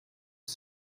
the